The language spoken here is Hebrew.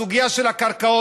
הסוגיה של הקרקעות,